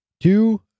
two